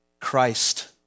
Christ